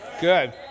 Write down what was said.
good